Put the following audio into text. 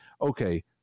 okay